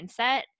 mindset